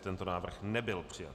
Tento návrh nebyl přijat.